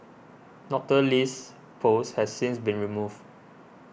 Doctor Lee's post has since been removed